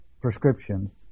prescriptions